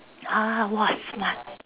!huh! !wah! smart